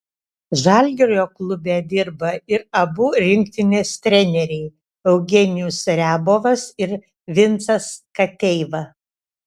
žalgirio klube dirba ir abu rinktinės treneriai eugenijus riabovas ir vincas kateiva